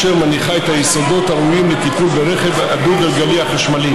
מה גדולה הבושה.